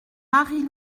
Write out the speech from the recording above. marie